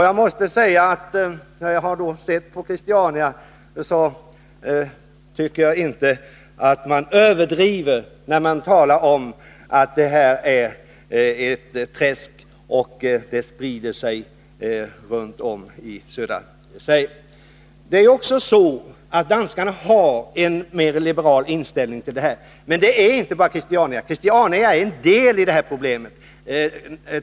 Jag måste säga att efter det jag sett på Christiania tycker jag inte 2 att man överdriver, när man säger att Christiania är ett träsk och att narkotikan därifrån sprider sig i södra Sverige. Danskarna har en mer liberal inställning till detta problem. Men det handlar inte bara om Christiania. Christiania är en del av det här problemet.